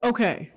Okay